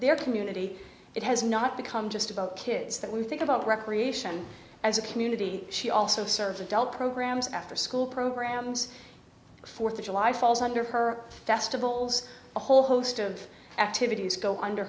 their community it has not become just about kids that we think about recreation as a community she also served adult programs afterschool programs fourth of july falls under her best of olds a whole host of activities go under